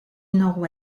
nord